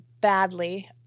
badly